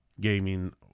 gaming